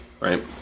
right